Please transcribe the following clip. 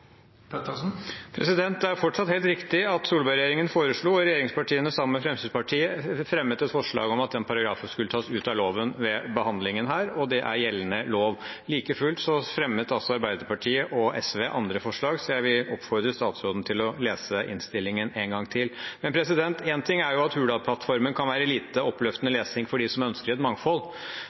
Det er fortsatt helt riktig at Solberg-regjeringen foreslo det, og at regjeringspartiene sammen med Fremskrittspartiet fremmet et forslag om at den paragrafen skulle tas ut av loven ved behandlingen her. Og det er gjeldende lov. Like fullt fremmet Arbeiderpartiet og SV andre forslag, så jeg vil oppfordre statsråden til å lese innstillingen en gang til. Én ting er at Hurdalsplattformen kan være lite oppløftende lesning for dem som ønsker et mangfold,